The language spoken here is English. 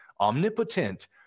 omnipotent